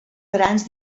grans